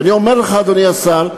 ואני אומר לך, אדוני השר,